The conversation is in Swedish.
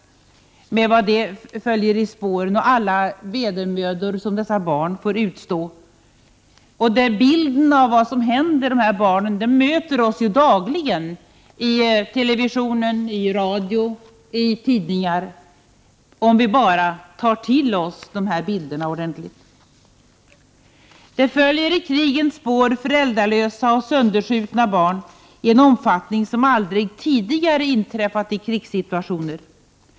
Man kan föreställa sig vad det för med sig och vilka vedermödor som dessa barn får utstå. Bilden av vad som händer dessa barn möter oss dagligen i TV, radio och tidningar — om vi tar till oss den här bilden ordentligt. I krigens spår följer föräldralösa och sönderskjutna barn i en omfattning som aldrig tidigare inträffat i krigssituationer.